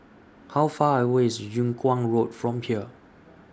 How Far away IS Yung Kuang Road from here